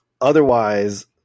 Otherwise